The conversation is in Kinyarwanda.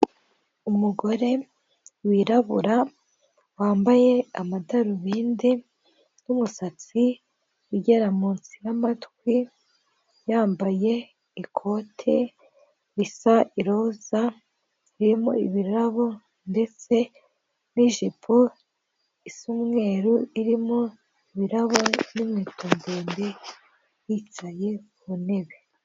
Umugore wirabura wambaye amadarubindi, n'umusatsi ugera munsi y'amatwi, yambaye ikote risa iroza, ririmo ibirabo ndetse n'ijipo isa umweru, irimo ibirabo n'inkweto ndende yicaye mu ntebe.